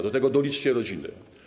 Do tego doliczcie rodziny.